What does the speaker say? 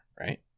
right